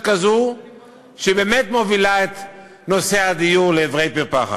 כזו שבאמת מובילה את נושא הדיור לעברי פי פחת.